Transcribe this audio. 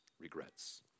regrets